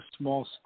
small